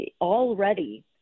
already